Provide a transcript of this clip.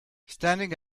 standing